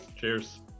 Cheers